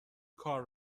کار